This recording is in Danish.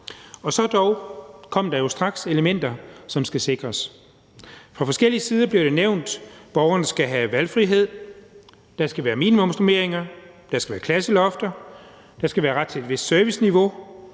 og så kom der dog straks elementer, som skal sikres. Fra forskellige sider blev det nævnt, at borgeren skal have valgfrihed, der skal være minimumsnormeringer, der skal være klasselofter, der skal være ret til et vist serviceniveau,